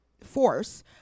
force